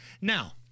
Now